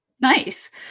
Nice